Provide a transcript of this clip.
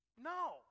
No